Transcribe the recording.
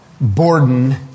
Borden